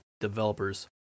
developers